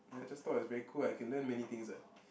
no lah just thought it's very cool ah I can learn many things what